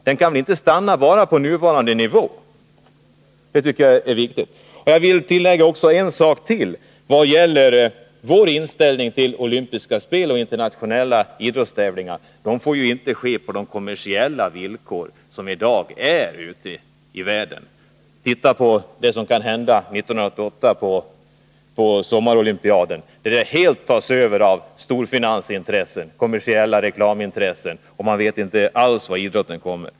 Den kan inte stanna på nuvarande nivå. Det är viktigt. Jag vill tillägga ännu en sak i vad gäller vår inställning till olympiska spel och internationella idrottstävlningar: De får inte ske på de kommersiella villkor som i dag råder ute i världen. Titta på det som kan hända på sommarolympiaden 1988, när den helt tas över av storfinansintressen och kommersiella reklamintressen och man inte alls vet var idrotten hamnar!